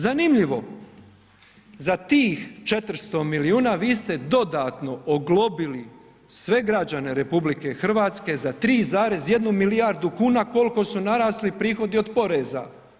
Zanimljivo, za tih 400 milijuna vi ste dodatno oglobili sve građane RH za 3,1 milijardu kuna kolko su narasli prihodi od poreza.